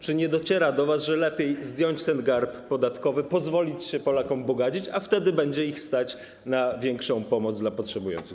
Czy nie dociera do was, że lepiej zdjąć ten garb podatkowy, pozwolić się Polakom bogacić, a wtedy będzie ich stać na większą pomoc dla potrzebujących?